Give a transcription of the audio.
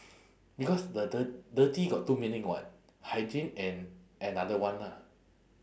because the dirt~ dirty got two meaning [what] hygiene and another one ah